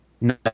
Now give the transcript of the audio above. No